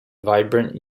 vibrant